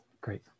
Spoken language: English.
Great